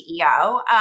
CEO